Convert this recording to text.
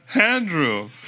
Andrew